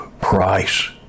price